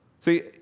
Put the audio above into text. See